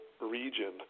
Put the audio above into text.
region